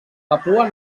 papua